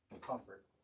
Comfort